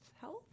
health